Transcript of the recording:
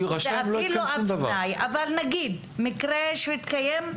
אבל נגיד מקרה שהתקיים.